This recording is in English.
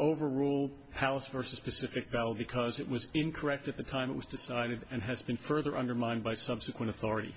overrule house for specific valid because it was incorrect at the time it was decided and has been further undermined by subsequent authority